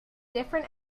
different